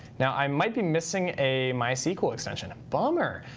now i might be missing a mysql extension. bummer.